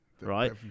right